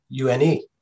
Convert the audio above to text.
UNE